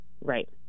Right